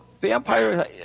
vampire